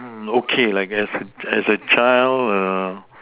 mm okay I guess as a child err